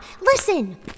Listen